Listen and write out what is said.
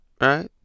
Right